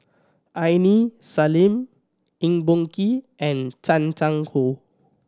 Aini Salim Eng Boh Kee and Chan Chang How